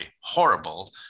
horrible